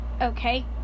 Okay